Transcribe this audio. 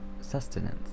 sustenance